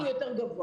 הסיכון יותר גבוה.